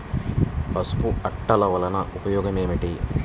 పసుపు అట్టలు వలన ఉపయోగం ఏమిటి?